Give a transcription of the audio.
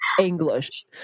english